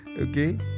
okay